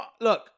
Look